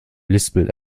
lispelt